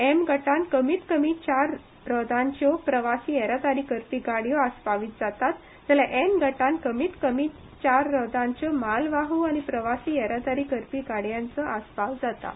एम गटांत कमीत कमी चार रोदांच्यो प्रवासी येरादारी करपी गाडयो आस्पावीत जातात जाल्यार एन गटांत कमीत कमी चार रोदांच्यो म्हालवाहू आनी प्रवासी येरादारी करपी गाडयांचो आस्पाव जाता